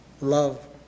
love